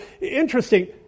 interesting